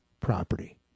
property